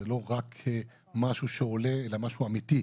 ולא רק משהו שעולה אלא משהו אמיתי,